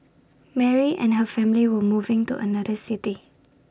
Mary and her family were moving to another city